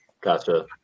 Gotcha